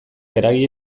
eragile